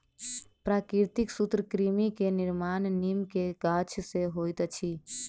प्राकृतिक सूत्रकृमि के निर्माण नीम के गाछ से होइत अछि